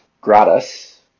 gratus